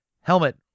helmet